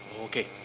Okay